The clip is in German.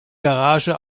garage